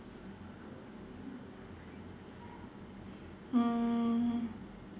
hmm